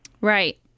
Right